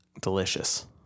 Delicious